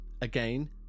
again